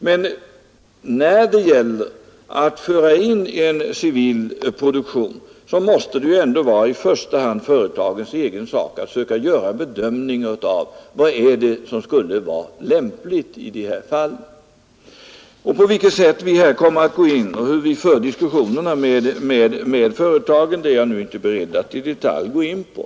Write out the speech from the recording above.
Men när det gäller att föra in en civil produktion, då måste det i första hand vara företagens egen sak att söka göra en bedömning av vad som skulle vara lämpligt. På vilket sätt regeringen här kommer att gripa in och hur diskussionerna kommer att föras med företagen är jag inte beredd att i detalj gå in på.